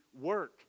work